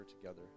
together